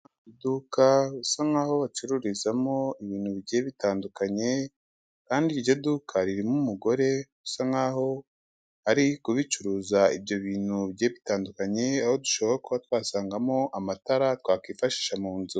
Iduka bisa nkaho bacururizamo ibintu bigiye bitandukanye kandi iryo duka ririmo umugore usa nkaho ari kubicuruza ibyo bintu bigiye bitandukanye, aho dushobora kuba twasangamo amatara twakwifashisha mu nzu.